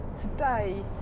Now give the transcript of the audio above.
today